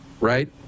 right